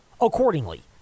accordingly